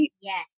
Yes